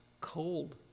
cold